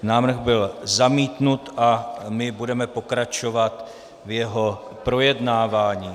Návrh byl zamítnut a my budeme pokračovat v jeho projednávání.